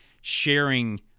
sharing